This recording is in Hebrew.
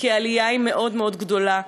כי העלייה היא מאוד מאוד גדולה.